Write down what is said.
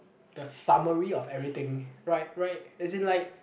the summary of everything right right as in like